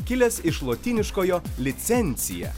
kilęs iš lotyniškojo licencija